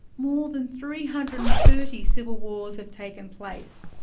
more than three hundred and thirty civil wars have taken place,